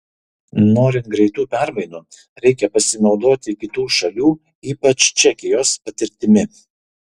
norint greitų permainų reikia pasinaudoti kitų šalių ypač čekijos patirtimi